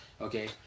Okay